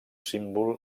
símbol